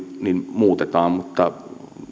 muutetaan mutta